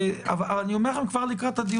והיה חשוב לנו גם בהצעה,